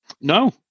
no